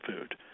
food